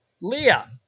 Leah